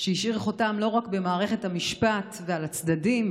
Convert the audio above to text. שהשאיר חותם לא רק במערכת המשפט ועל הצדדים,